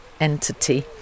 entity